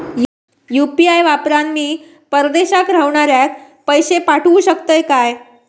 UPI वापरान मी परदेशाक रव्हनाऱ्याक पैशे पाठवु शकतय काय?